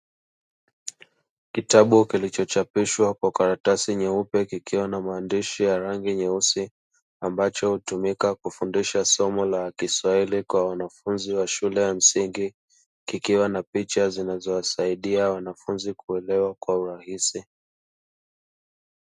Kitabu kilicho chapishwa kwa karatasi nyeupe kikiwa na maandishi ya rangi nyeusi, ambacho hutumika kufundisha somo la kiswahili kwa wanafunzi wa shule ya msingi, kikiwa na picha zinazowasaidia wanafunzi kuelewa kwa urahisi.